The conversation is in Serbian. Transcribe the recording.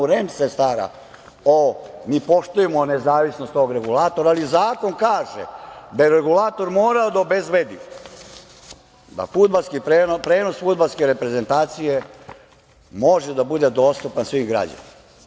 REM se stara, mi poštujemo nezavisnost tog regulatora, ali zakon kaže da regulator mora da obezbedi da prenos fudbalske reprezentacije može da bude dostupan svim građanima.